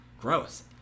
gross